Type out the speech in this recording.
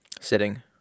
Sitting